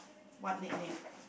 what nickname